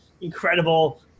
incredible